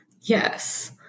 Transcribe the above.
Yes